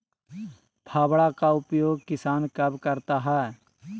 फावड़ा का उपयोग किसान कब करता है?